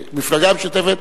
במפלגה משותפת,